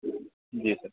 जी sir